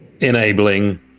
enabling